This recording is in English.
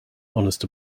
honest